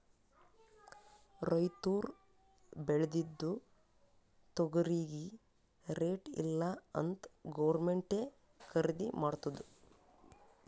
ರೈತುರ್ ಬೇಳ್ದಿದು ತೊಗರಿಗಿ ರೇಟ್ ಇಲ್ಲ ಅಂತ್ ಗೌರ್ಮೆಂಟೇ ಖರ್ದಿ ಮಾಡ್ತುದ್